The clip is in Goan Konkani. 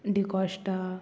डिकोश्टा